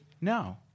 No